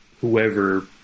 whoever